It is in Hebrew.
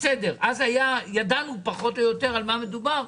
אז ידענו על מה מדובר,